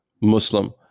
Muslim